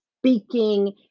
speaking